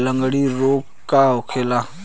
लगड़ी रोग का होखेला?